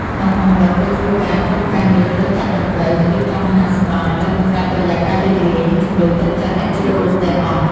ក្នុងអំឡុងពេលធ្វើការ ក្រុមការងារត្រូវចាក់តន្ត្រី និងរៀបចំអាហារសម្រន់ ដើម្បីបង្កើតបរិយាកាសរីករាយ និងជំរុញទឹកចិត្តអ្នកចូលរួមទាំងអស់។